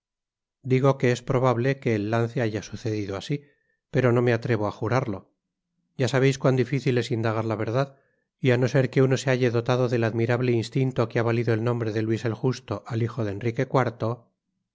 digo que es probable que el lance haya sucedido asi pero no me atrevo á jurarlo ya sabeis cuan dificil es indagar la verdad y á no ser que uno se halle dotado det admirabte instinto que ha valido el renombre de luis el justo al hijo de enrique